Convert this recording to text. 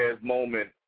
Moment